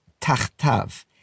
Tachtav